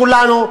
כולנו,